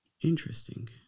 Interesting